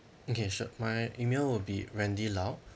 okay sure my email will be randy lau